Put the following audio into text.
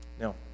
Now